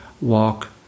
walk